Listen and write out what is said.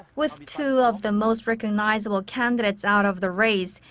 with two of the most recognizable candidates out of the race,